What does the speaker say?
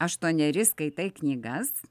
aštuoneri skaitai knygas